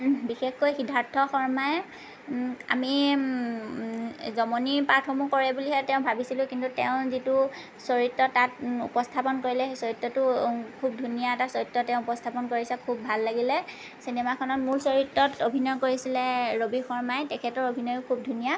বিশেষকৈ সিদ্ধাৰ্থ শৰ্মাই আমি জমনি পাৰ্টসমূহ কৰে বুলিহে তেওঁ ভাবিছিলোঁ কিন্তু তেওঁ যিটো চৰিত্ৰ তাত উপস্থাপন কৰিলে সেই চৰিত্ৰতো খুব ধুনীয়া এটা চৰিত্ৰ তেওঁ উপস্থাপন কৰিছে খুব ভাল লাগিলে চিনেমাখনৰ মূল চৰিত্ৰত অভিনয় কৰিছিলে ৰবি শৰ্মাই তেখেতৰ অভিনয়ো খুব ধুনীয়া